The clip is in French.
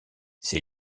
ces